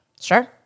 Sure